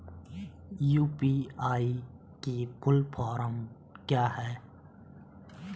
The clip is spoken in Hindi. यु.पी.आई की फुल फॉर्म क्या है?